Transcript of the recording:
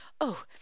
Oh